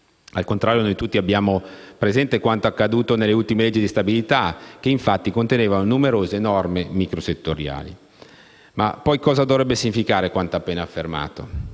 Al contrario, noi tutti abbiamo presente quanto accaduto nelle ultime leggi di stabilità che contenevano numerose norme micro settoriali. Ma poi cosa dovrebbe significare quanto appena affermato: